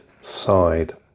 side